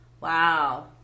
Wow